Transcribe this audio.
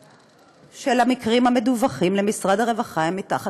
רוב המקרים המדווחים למשרד הרווחה הם מתחת